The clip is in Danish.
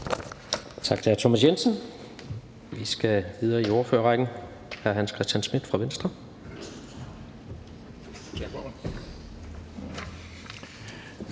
Tak til hr. Thomas Jensen. Vi skal videre i ordførerrækken. Hr. Hans Christian Schmidt fra Venstre.